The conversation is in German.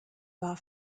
war